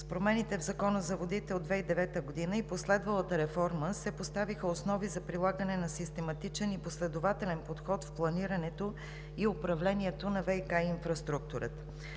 С промените в Закона за водите от 2009 г. и последвалата реформа се поставиха основи за прилагане на систематичен и последователен подход в планирането и управлението на ВиК инфраструктурата.